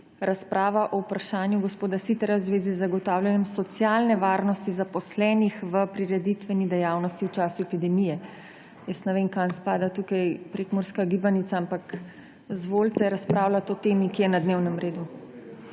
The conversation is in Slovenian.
razprava o vprašanju gospoda Siterja v zvezi z zagotavljanjem socialne varnosti zaposlenih v prireditveni dejavnosti v času epidemije. Jaz ne vem, kam spada tukaj prekmurska gibanica, ampak izvolite razpravljati o temi, ki je na dnevnem redu.